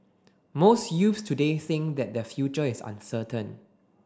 most youth today think that their future is uncertain